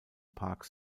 park